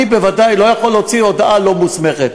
אני בוודאי לא יכול להוציא הודעה לא מוסמכת.